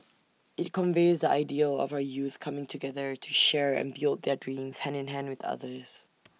IT conveys the ideal of our youth coming together to share and build their dreams hand in hand with others